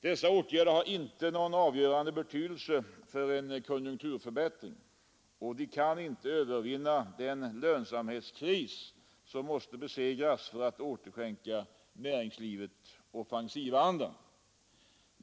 Dessa åtgärder har inte någon avgörande betydelse för en konjunkturförbättring, och de kan inte övervinna den lönsamhetskris som måste besegras för att återskänka näringslivet offensivandan.